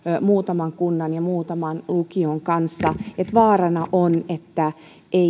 muutaman kunnan ja muutaman lukion kanssa että vaarana on että